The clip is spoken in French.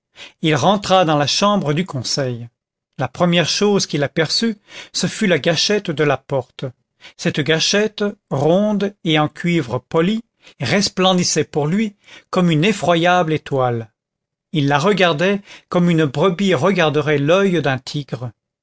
il rentra dans la chambre du conseil la première chose qu'il aperçut ce fut la gâchette de la porte cette gâchette ronde et en cuivre poli resplendissait pour lui comme une effroyable étoile il la regardait comme une brebis regarderait l'oeil d'un tigre